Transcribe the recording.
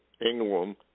England